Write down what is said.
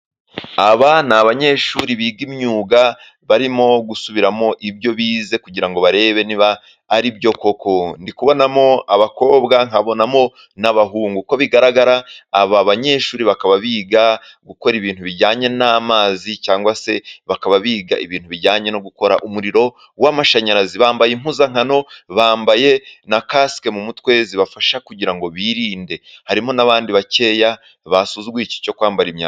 Aba ni abanyeshuri biga imyuga, barimo gusubiramo ibyo bize kugira ngo barebe niba ari byo koko, ndi kubonamo abakobwa nkabonamo n'abahungu, uko bigaragara aba banyeshuri bakaba biga gukora ibintu bijyanye n'amazi, cyangwa se bakaba biga ibintu bijyanye no gukora umuriro w'amashanyarazi, bambaye impuzankano bambaye na kasike mu mutwe zibafasha kugira ngo birinde, harimo n'abandi bakeya basuzuguye iki cyo kwambara imyamba......